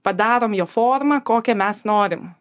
padarom jo forma kokią mes norim